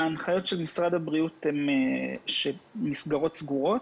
ההנחיות של משרד הבריאות הן שהמסגרות סגורות,